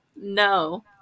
No